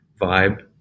vibe